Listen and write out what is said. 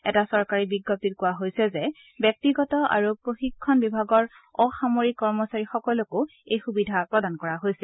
এটা চৰকাৰী বিজ্ঞপ্তিত কোৱা হৈছে যে ব্যক্তিগত আৰু প্ৰশিক্ষণ বিভাগৰ অসামৰিক কৰ্মচাৰীসকলকো এই সুবিধা প্ৰদান কৰা হৈছিল